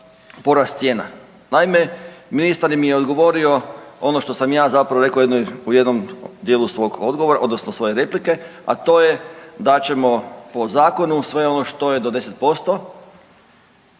Naime, ministar mi je odgovorio ono što sam ja zapravo rekao u jednom dijelu svog odgovora, odnosno svoje replike, a to je da ćemo po zakonu sve ono što je do 10%